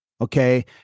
Okay